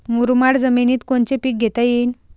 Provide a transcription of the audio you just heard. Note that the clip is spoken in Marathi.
मुरमाड जमिनीत कोनचे पीकं घेता येईन?